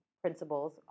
principles